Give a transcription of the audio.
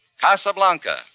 Casablanca